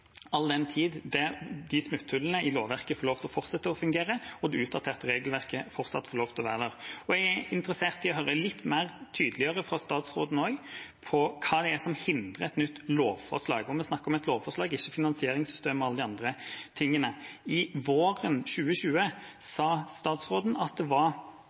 all den tid smutthullene i lovverket får lov til å fortsette å fungere, og det utdaterte regelverket fortsatt får lov til å være der. Jeg er interessert i å høre litt mer tydelig fra statsråden hva det er som hindrer et nytt lovforslag. Vi snakker om et lovforslag, ikke finansieringssystemet og alle de andre tingene. Våren 2020 sa statsråden at det var